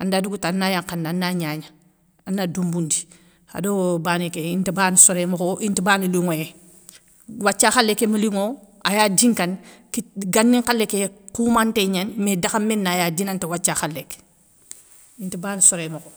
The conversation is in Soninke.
anda dougouta ana yankhandi ana gnagna ana doumboundi ado bané ké intabana soré mokho inta bana linŋoyé. Wathia khalé kémi linŋo aya dinkani kit gani nkhalé ké khoumanté gnani mé dakhamé naya dinanti wathia khalé ké inta bana soré mokho.